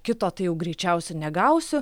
kito tai jau greičiausiai negausiu